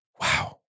Wow